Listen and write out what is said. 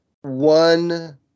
one